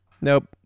Nope